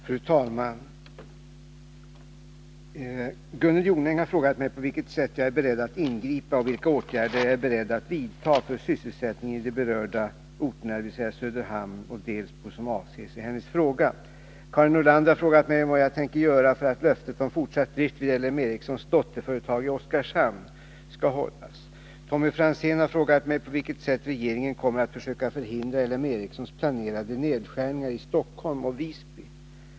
Fru talman! Gunnel Jonäng har frågat mig på vilket sätt jag är beredd att ingripa och vilka åtgärder jag är beredd att vidtaga för att sysselsättningen i de berörda orterna, dvs. Söderhamn och Delsbo, som avses i hennes fråga. Karin Nordlander har frågat mig om vad jag tänker göra för att löftet om fortsatt drift vid L M Ericssons dotterföretag i Oskarshamn skall hållas. Tommy Franzén har frågat mig på vilket sätt regeringen kommer att försöka förhindra L M Ericssons planerade nedskärningar i Stockholm och Visby.